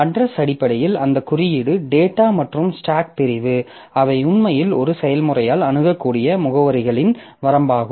address அடிப்படையில் அந்த குறியீடு டேட்டா மற்றும் ஸ்டாக் பிரிவு அவை உண்மையில் ஒரு செயல்முறையால் அணுகக்கூடிய முகவரிகளின் வரம்பாகும்